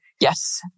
Yes